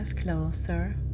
closer